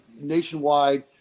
nationwide